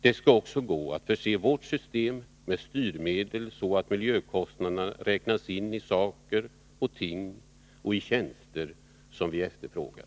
Det skall också gå att förse vårt system med styrmedel, så att miljökostnaderna räknas in i saker och ting och i tjänster som vi efterfrågar.